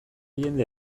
jende